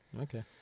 Okay